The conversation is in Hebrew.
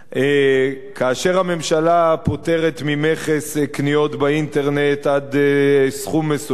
כאשר הממשלה פוטרת ממכס קניות באינטרנט עד סכום מסוים,